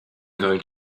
going